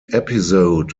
episode